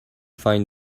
find